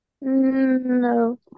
No